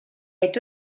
est